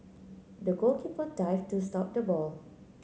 the goalkeeper dived to stop the ball